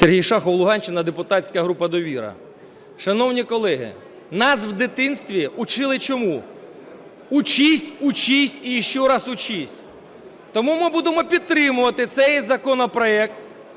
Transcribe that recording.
Сергій Шахов, Луганщина, депутатська група "Довіра". Шановні колеги, нас у дитинстві вчили чому: учись, учись, учись і ще раз учись. Тому ми будемо підтримувати цей законопроект.